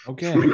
Okay